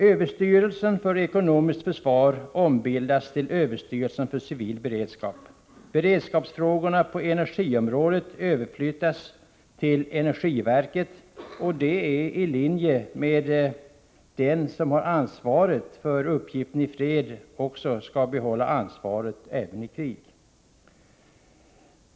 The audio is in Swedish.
Överstyrelsen för ekonomiskt försvar ombildas till överstyrelsen för civil beredskap. Beredskapsfrågorna på energiområdet överflyttas till energiverket. Detta är i linje med att den som har ansvaret i fred skall behålla ansvaret även i krig.